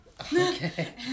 Okay